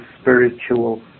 spiritual